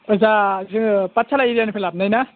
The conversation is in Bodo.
ओजा जोङो पातसाला एरियानिफ्राय लाबोनाय ना